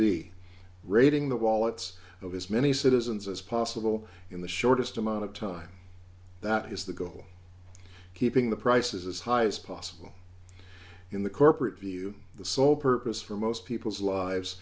be raiding the wallets of his many citizens as possible in the shortest amount of time that is the goal keeping the prices as high as possible in the corporate view the sole purpose for most people's lives